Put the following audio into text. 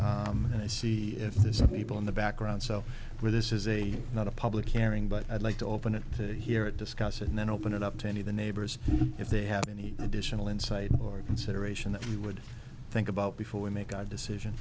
and see if there's a people in the background so where this is a not a public hearing but i'd like to open it to hear it discuss and then open it up to any of the neighbors if they have any additional insight or consideration that we would think about before we make a decision